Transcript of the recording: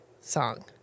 song